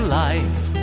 life